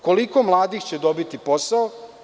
Koliko mladih će dobiti posao?